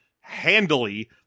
handily